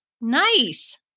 Nice